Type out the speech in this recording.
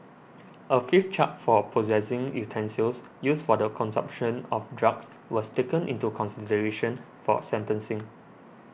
a fifth charge for possessing utensils used for the consumption of drugs was taken into consideration for sentencing